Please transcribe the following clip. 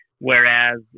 whereas